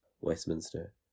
Westminster